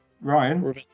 Ryan